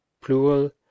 plural